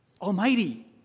Almighty